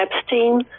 Epstein